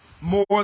more